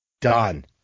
done